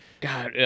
god